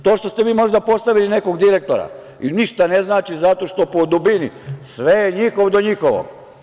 To što ste vi možda postavili nekog direktora ništa ne znači zato što po dubini sve je njihov do njihovog.